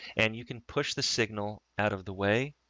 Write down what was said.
and you can push the signal out of the way